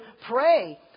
pray